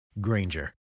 Granger